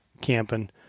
camping